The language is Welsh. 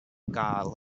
gael